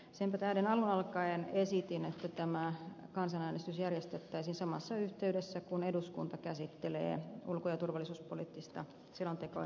senpä tähden alun alkaen esitin että tämä kansanäänestys järjestettäisiin samassa yhteydessä kuin eduskunta käsittelee ulko ja turvallisuuspoliittista selontekoansa